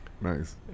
nice